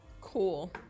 cool